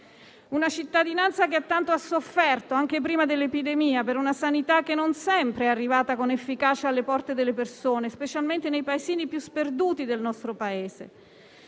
Una cittadinanza che tanto ha sofferto, anche prima dell'epidemia, per una sanità che non sempre è arrivata con efficacia alle porte delle persone, specialmente nei paesini più sperduti del nostro Paese.